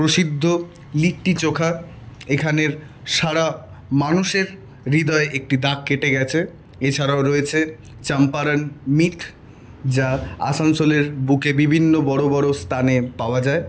প্রসিদ্ধ লিট্টি চোখা এখানের সারা মানুষের হৃদয়ে একটি দাগ কেটে গেছে এছাড়াও রয়েছে চম্পারণ মিট যা আসানসোলের বুকে বিভিন্ন বড়ো বড়ো স্থানে পাওয়া যায়